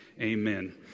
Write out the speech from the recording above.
amen